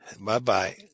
Bye-bye